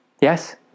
Yes